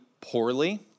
poorly